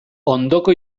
ondoko